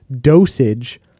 dosage